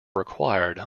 required